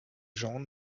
gens